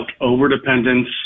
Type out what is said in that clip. over-dependence